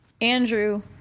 andrew